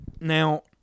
Now